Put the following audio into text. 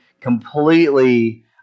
completely